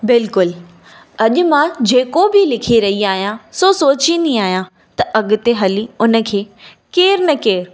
बिल्कुलु अॼु मां जेको बि लिखी रही आहियां सो सोचींदी आहियां त अॻिते हली उन खे केरु न केरु